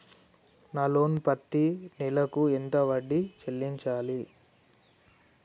నా లోను పత్తి నెల కు ఎంత వడ్డీ చెల్లించాలి?